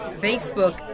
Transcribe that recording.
Facebook